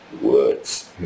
words